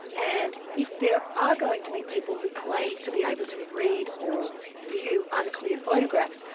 and if there are going to be people who claim to be able to read or view unclear photographs,